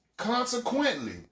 Consequently